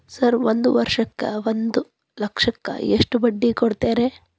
Sir ಒಂದು ವರ್ಷಕ್ಕ ಒಂದು ಲಕ್ಷಕ್ಕ ಎಷ್ಟು ಬಡ್ಡಿ ಕೊಡ್ತೇರಿ?